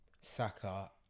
Saka